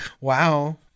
Wow